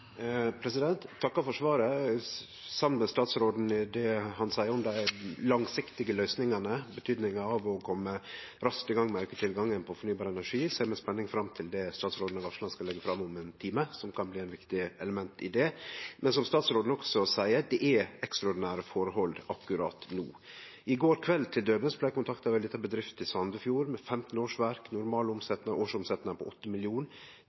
Eg takkar for svaret. Eg er samd med statsråden i det han seier om dei langsiktige løysingane, betydinga av å kome raskt i gang med å auke tilgangen på fornybar energi. Eg ser med spenning fram til det statsråden har varsla han skal leggje fram om ein time, som kan bli eit viktig element i det. Men som statsråden også seier, er det ekstraordinære forhold akkurat no. I går kveld t.d. blei eg kontakta av ei lita bedrift i Sandefjord med 15 årsverk, normal årsomsetnad på